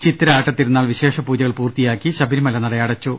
ചിത്തിര ആട്ടത്തിരുനാൾ വിശ്ഷ പൂജകൾ പൂർത്തിയാക്കി ശബരിമല നടയടച്ചു